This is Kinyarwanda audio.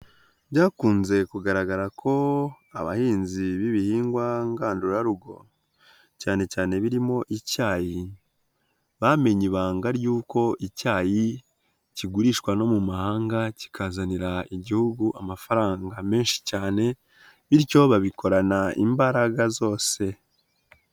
Byakunze kugaragara ko abahinzi b'ibihingwa ngandurarugo cyane cyane birimo icyayi, bamenye ibanga ryuko icyayi kigurishwa no mu mahanga kikazanira Igihugu amafaranga menshi cyane, bityo babikorana imbaraga zose.